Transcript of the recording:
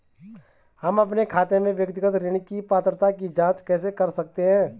हम अपने खाते में व्यक्तिगत ऋण की पात्रता की जांच कैसे कर सकते हैं?